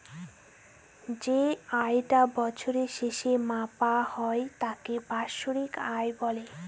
যে আয় টা বছরের শেষে মাপা হয় তাকে বাৎসরিক আয় বলে